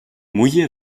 mouiller